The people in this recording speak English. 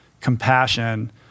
compassion